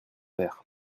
père